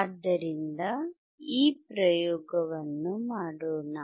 ಆದ್ದರಿಂದ ಈ ಪ್ರಯೋಗವನ್ನು ನೋಡೋಣ